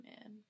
man